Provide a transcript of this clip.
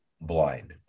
blind